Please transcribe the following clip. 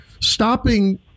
stopping